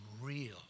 real